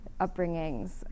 upbringings